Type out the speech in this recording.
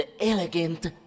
elegant